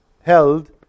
held